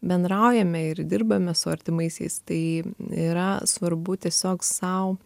bendraujame ir dirbame su artimaisiais tai yra svarbu tiesiog sau